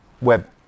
web